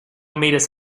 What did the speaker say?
mires